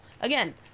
Again